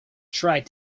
tried